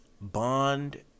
Bond